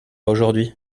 aujourd’hui